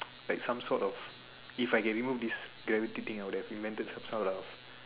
like some sort of if I can remove this gravity thing I would have invented some sort of